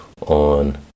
on